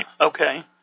Okay